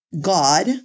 God